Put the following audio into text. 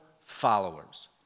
followers